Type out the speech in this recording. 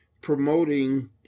promoting